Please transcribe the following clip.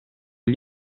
gli